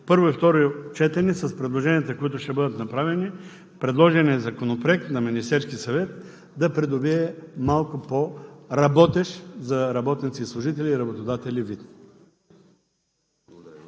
първо и второ четене с предложенията, които ще бъдат направени, предложеният законопроект на Министерския съвет да придобие малко по-работещ вид за работници, служители и работодатели.